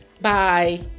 Bye